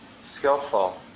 skillful